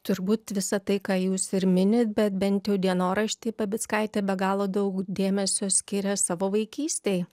turbūt visa tai ką jūs ir minit bet bent jau dienorašty babickaitė be galo daug dėmesio skiria savo vaikystei